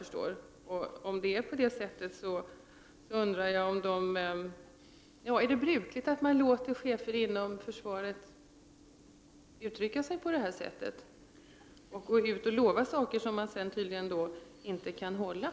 Om det är på det sättet undrar jag om det är brukligt att man låter chefer inom försvaret uttrycka sig så här och gå ut och ge löften som tydligen inte kan hållas.